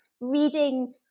reading